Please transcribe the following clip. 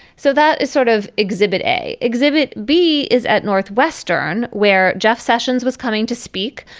so that is sort of exhibit a exhibit b is at northwestern where jeff sessions was coming to speak.